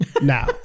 now